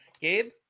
gabe